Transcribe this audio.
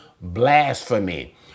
blasphemy